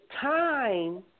time